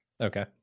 Okay